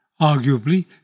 Arguably